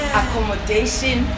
accommodation